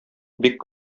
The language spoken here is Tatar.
бик